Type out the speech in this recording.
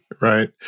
right